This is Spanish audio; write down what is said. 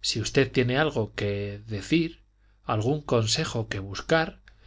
si usted tiene algo que decir algún consejo que buscar